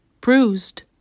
bruised